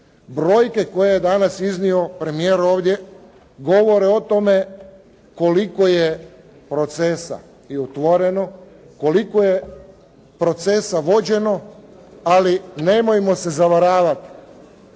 Brojke koje je danas iznio premijer ovdje govore o tome koliko je procesa i otvoreno. Koliko je procesa vođeno ali nemojmo se zavaravati.